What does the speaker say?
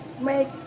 make